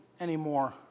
anymore